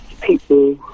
people